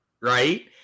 right